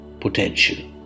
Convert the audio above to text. potential